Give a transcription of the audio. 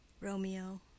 Romeo